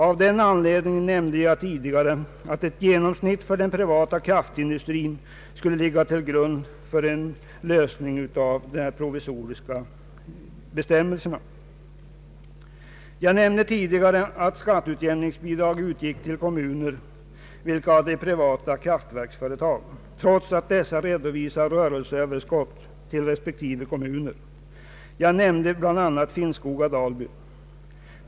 Av den anledningen nämnde jag tidigare att ett genomsnitt för den privata kraftindustrin skall kunna ligga till grund för en lösning av dessa provisoriska bestämmelser. Jag nämnde tidigare att skatteutjämningsbidrag utgick till de kommuner vilka hade privata kraftverksföretag, trots att dessa redovisar rörelseöverskott till respektive kommuner. Jag nämnde bl.a. Finnskoga-Dalby.